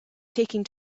taking